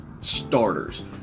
starters